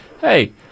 hey